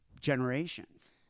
generations